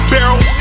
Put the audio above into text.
Barrel